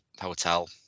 hotel